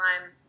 time